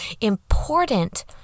important